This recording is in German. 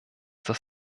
das